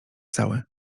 cały